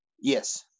Yes